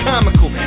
Comical